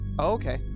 Okay